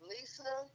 Lisa